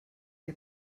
que